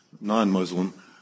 non-Muslim